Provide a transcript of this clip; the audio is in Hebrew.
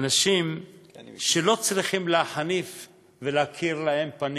אנשים שלא צריכים להחניף ולהכיר להם פנים.